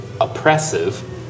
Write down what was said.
oppressive